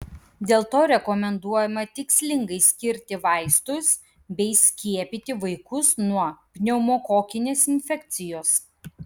dėl to rekomenduojama tikslingai skirti vaistus bei skiepyti vaikus nuo pneumokokinės infekcijos